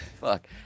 Fuck